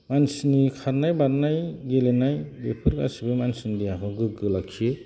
मानसिनि खारनाय बारनाय गेलेनाय बेफोर गासिबो मानसिनि देहाखौ गोग्गो लाखियो